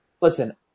Listen